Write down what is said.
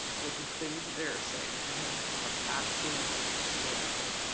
but the things that they are saying to him are absolutely hysterical.